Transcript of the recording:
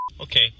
Okay